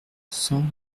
cent